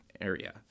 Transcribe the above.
area